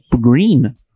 green